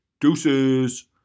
deuces